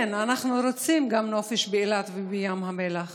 כן, אנחנו רוצים גם נופש באילת ובים המלח